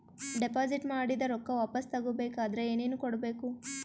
Deposit ಮಾಡಿದ ರೊಕ್ಕ ವಾಪಸ್ ತಗೊಬೇಕಾದ್ರ ಏನೇನು ಕೊಡಬೇಕು?